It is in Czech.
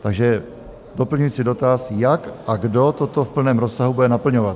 Takže doplňující dotaz: Jak a kdo toto v plném rozsahu bude naplňovat?